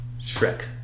Shrek